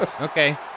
Okay